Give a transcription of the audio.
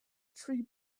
tree